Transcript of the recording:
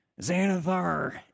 Xanathar